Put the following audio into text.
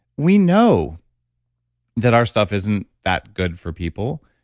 we know that our stuff isn't that good for people.